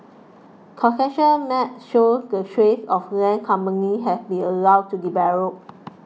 concession maps show the tracts of land companies have been allowed to develop